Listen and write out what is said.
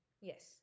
Yes